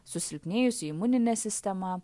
susilpnėjusi imuninė sistema